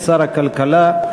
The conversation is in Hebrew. שר הכלכלה.